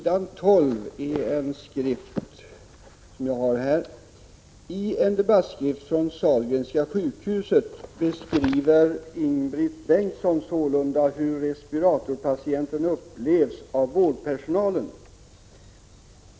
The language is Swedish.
Där står: ”I en debattskrift från Sahlgrenska sjukhuset beskriver Ing-Britt Bengtsson sålunda hur respiratorpatienten upplevs av vårdpersonalen.